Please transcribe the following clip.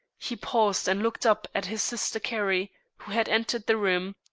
he paused and looked up at his sister carrie who had entered the room